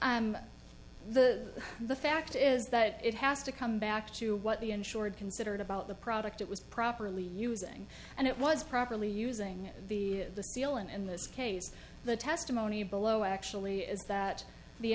'm the the fact is that it has to come back to what the insured considered about the product it was properly using and it was properly using the seal and in this case the testimony below actually is that the